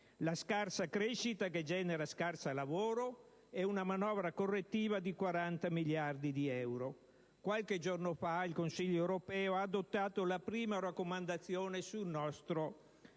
la scarsa crescita che genera scarso lavoro e una manovra correttiva di 40 miliardi di euro. Qualche giorno fa il Consiglio europeo ha adottato la prima raccomandazione sul nostro